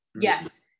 Yes